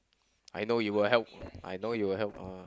I know you will help I know you will help uh